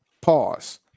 Pause